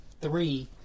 three